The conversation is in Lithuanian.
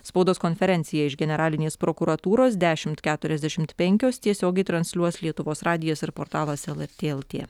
spaudos konferenciją iš generalinės prokuratūros dešimt keturiasdešimt penkios tiesiogiai transliuos lietuvos radijas ir portalas lrt lt